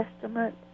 Testament